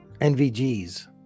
NVGs